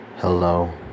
Hello